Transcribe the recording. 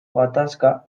gatazka